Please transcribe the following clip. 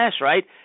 right